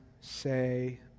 say